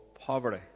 poverty